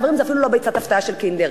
חברים, זה אפילו לא ביצת הפתעה של "קינדר".